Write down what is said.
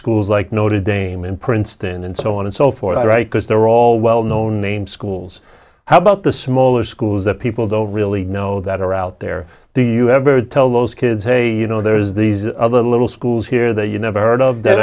schools like noted dame in princeton and so on and so forth i write because they're all well known name schools how about the smaller schools that people don't really know that are out there do you have heard tell those kids hey you know there's these other little schools here that you never heard of that